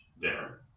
dinner